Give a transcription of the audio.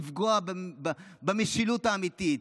לפגוע במשילות האמיתית,